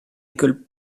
école